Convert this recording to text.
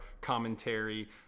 commentary